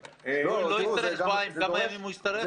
אם הוא לא יצטרך שבועיים, כמה ימים הוא יצטרך?